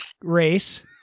race